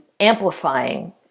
amplifying